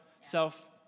self